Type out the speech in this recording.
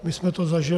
My jsme to zažili.